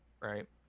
right